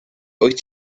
wyt